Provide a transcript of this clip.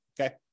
Okay